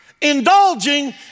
indulging